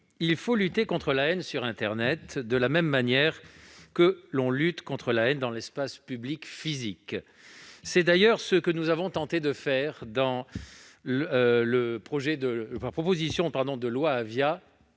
il faut lutter contre la haine sur internet, de la même manière qu'on lutte contre la haine dans l'espace public physique. C'est d'ailleurs ce que nous avons tenté de faire dans la proposition de loi Avia,